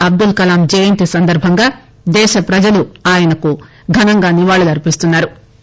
అబ్దుల్ కలాం జయంతి సందర్బంగా దేశ ప్రజలు ఆయనకు ఘనంగా నివాళులర్చిస్తున్నా రు